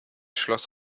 schloss